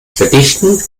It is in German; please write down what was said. verdichten